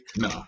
No